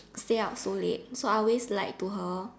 stay out so late so I always lied to her